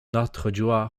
nadchodziła